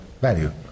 value